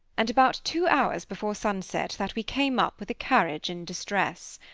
and about two hours before sunset, that we came up with a carriage in distress.